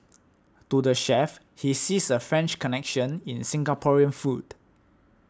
to the chef he sees a French connection in Singaporean food